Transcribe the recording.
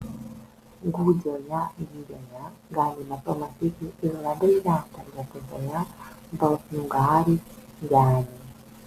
gūdžioje girioje galima pamatyti ir labai retą lietuvoje baltnugarį genį